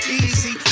easy